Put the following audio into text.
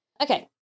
Okay